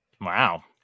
wow